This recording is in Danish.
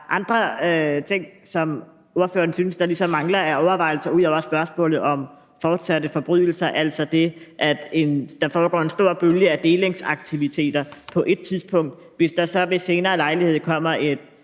andre ting, som ordføreren synes der ligesom mangler af overvejelser ud over spørgsmålet om fortsatte forbrydelser, altså det, at der i en periode foregår en stor bølge af delingsaktiviteter, og hvis der så ved senere lejlighed kommer et